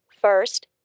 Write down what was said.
First